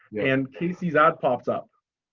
and casey's ad popped up.